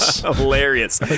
Hilarious